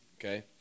okay